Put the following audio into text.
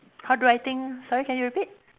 how do I think sorry can you repeat